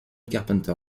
carpenter